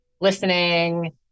listening